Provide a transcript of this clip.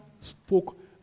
spoke